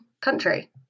country